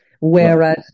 Whereas